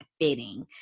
fitting